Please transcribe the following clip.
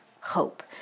hope